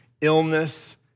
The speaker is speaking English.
illness